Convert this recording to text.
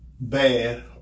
Bad